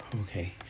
Okay